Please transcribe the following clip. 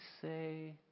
say